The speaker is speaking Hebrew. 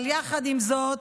אבל יחד עם זאת,